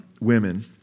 women